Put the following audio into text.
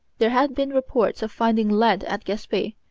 there had been reports of finding lead at gaspe,